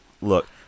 Look